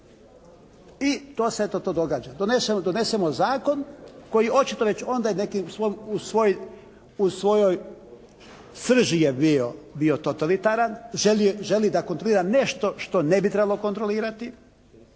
I to se eto, to događa. Donesemo zakon koji očito već onda u svojoj srži je bio totalitaran, želi da kontrolira nešto što ne bi trebalo kontrolirati